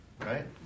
right